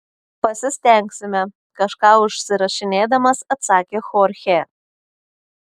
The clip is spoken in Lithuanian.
pasistengsime kažką užsirašinėdamas atsakė chorchė